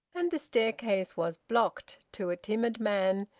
and the staircase was blocked, to a timid man,